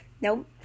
nope